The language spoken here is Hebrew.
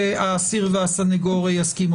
שהאסיר והסנגור יסכימו.